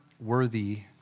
worthy